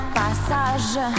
passage